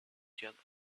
gentle